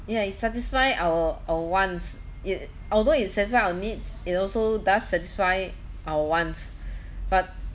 yeah it satisfy our our wants it although it satisfy our needs it also does satisfy our wants but